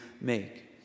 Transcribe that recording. make